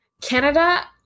Canada